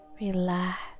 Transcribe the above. Relax